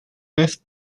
fifth